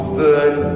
burn